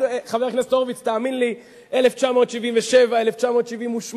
חבר הכנסת הורוביץ, תאמין לי, 1977, 1978,